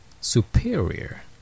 superior